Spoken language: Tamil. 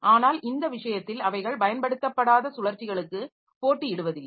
ஆனால் இந்த விஷயத்தில் அவைகள் பயன்படுத்தப்படாத சுழற்சிகளுக்கு போட்டியிடுவதில்லை